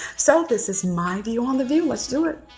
so this is my view on the view. let's do